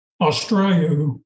Australia